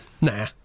Nah